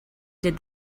did